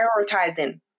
prioritizing